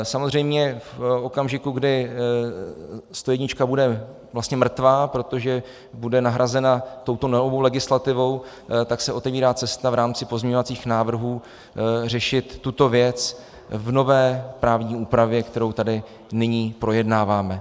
Samozřejmě v okamžiku, kdy stojednička bude mrtvá, protože bude nahrazena touto novou legislativou, tak se otevírá cesta v rámci pozměňovacích návrhů řešit tuto věc v nové právní úpravě, kterou tady nyní projednáváme.